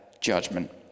judgment